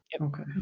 Okay